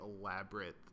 elaborate